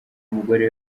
umugore